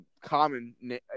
common